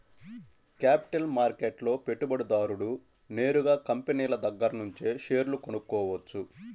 capital మార్కెట్లో పెట్టుబడిదారుడు నేరుగా కంపినీల దగ్గరనుంచే షేర్లు కొనుక్కోవచ్చు